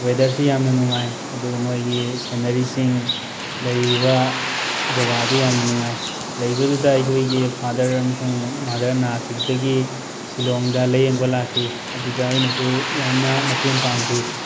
ꯋꯦꯗꯔꯁꯨ ꯌꯥꯝꯅ ꯅꯨꯡꯉꯥꯏ ꯑꯗꯨꯒ ꯃꯈꯣꯏꯒꯤ ꯁꯦꯅꯔꯤꯁꯤꯡ ꯂꯩꯔꯤꯕ ꯖꯒꯥꯗꯨ ꯌꯥꯝꯅ ꯅꯨꯡꯉꯥꯏ ꯂꯩꯕꯗꯨꯗ ꯑꯩꯈꯣꯏꯒꯤ ꯐꯥꯗꯔ ꯑꯃꯁꯨꯡ ꯃꯥꯗꯔ ꯅꯥꯈꯤꯕꯗꯒꯤ ꯁꯤꯜꯂꯣꯡꯗ ꯂꯥꯏꯌꯦꯡꯕ ꯂꯥꯛꯈꯤ ꯑꯗꯨꯗ ꯑꯩꯅꯁꯨ ꯌꯥꯝꯅ ꯃꯇꯦꯡ ꯄꯥꯡꯈꯤ